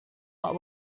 what